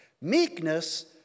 Meekness